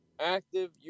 active